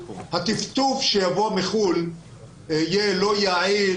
הטפטוף שיבוא מחוץ לארץ לא יהיה יעיל